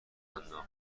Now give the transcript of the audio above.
انداخت